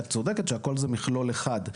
את צודקת שהכל זה מכלול אחד,